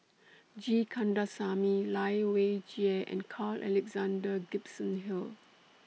G Kandasamy Lai Weijie and Carl Alexander Gibson Hill